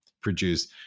produce